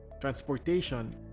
transportation